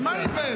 אתה לא מתבייש?